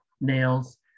nails